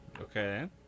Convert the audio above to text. okay